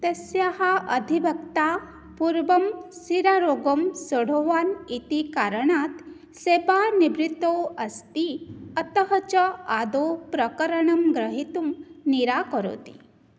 तस्याः अधिवक्ता पूर्वं शिरारोगं सोढवान् इति कारणात् सेवानिवृत्तौ अस्ति अतः च आदौ प्रकरणं ग्रहीतुं निराकरोति